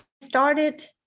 started